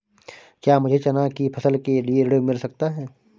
क्या मुझे चना की फसल के लिए ऋण मिल सकता है?